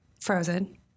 Frozen